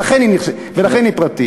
ולכן היא פרטית,